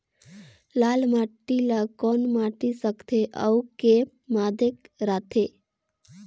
लाल माटी ला कौन माटी सकथे अउ के माधेक राथे?